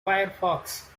firefox